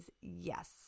yes